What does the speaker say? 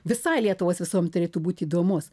visai lietuvos visuom turėtų būti įdomus